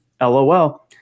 LOL